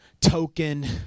token